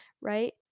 right